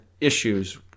issues